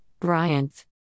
Bryant